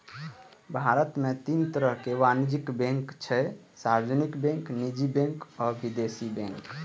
भारत मे तीन तरहक वाणिज्यिक बैंक छै, सार्वजनिक बैंक, निजी बैंक आ विदेशी बैंक